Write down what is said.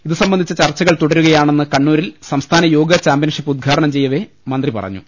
ഇതുസംബന്ധിച്ച ചർച്ചകൾ തുടരുകയാണെന്ന് കണ്ണൂരിൽ സംസ്ഥാന യോഗ ചാമ്പ്യൻഷിപ്പ് ഉദ്ഘാടനം ചെയ്യവെ മന്ത്രി പറഞ്ഞു